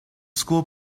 school